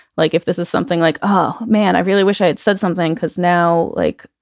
like if this is something like, oh man, i really wish i had said something because now, like,